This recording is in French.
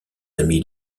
amis